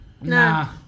Nah